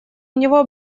него